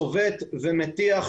צובט ומטיח,